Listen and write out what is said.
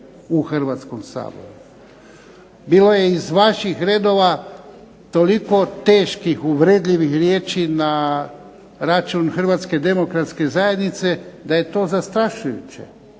u Hrvatskom saboru. Bilo je iz vaših redova toliko teških uvredljivih riječi na račun Hrvatske demokratske zajednice da je to zastrašujuće.